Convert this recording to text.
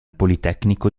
politecnico